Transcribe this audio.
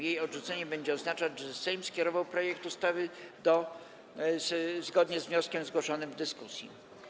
Jej odrzucenie będzie oznaczać, że Sejm skierował projekty ustaw zgodnie z wnioskiem zgłoszonym w dyskusji.